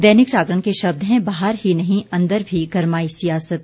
दैनिक जागरण के शब्द हैं बाहर ही नहीं अंदर भी गर्माई सियासत